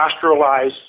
industrialize